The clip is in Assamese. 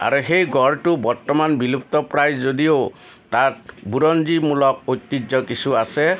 আৰু সেই গড়টো বৰ্তমান বিলুপ্তপ্ৰায় যদিও তাত বুৰঞ্জীমূলক ঐতিহ্য কিছু আছে